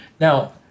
Now